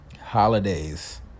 Holidays